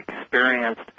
experienced